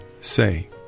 say